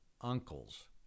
uncles